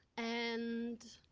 and.